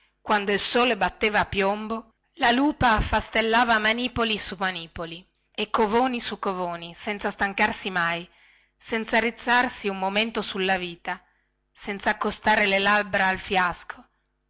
quando il sole batteva a piombo la lupa affastellava manipoli su manipoli e covoni su covoni senza stancarsi mai senza rizzarsi un momento sulla vita senza accostare le labbra al fiasco